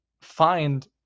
find